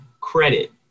credit